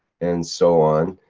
and so on,